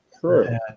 Sure